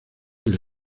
del